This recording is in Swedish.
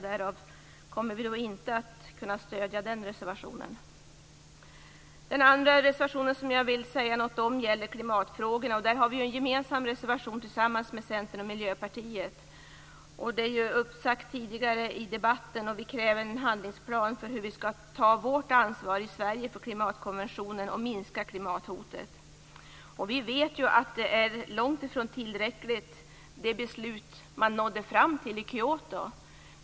Därför kommer vi inte att kunna rösta för den reservationen. När det gäller klimatfrågorna har vi en gemensam reservation med Centern och Miljöpartiet. Det har sagts tidigare i debatten att vi kräver en handlingsplan för hur vi i Sverige skall ta vårt ansvar för klimatkonventionen och minska hotet mot vårt klimat. Vi vet att det beslut man fattade i Kyoto är långt ifrån tillräckligt.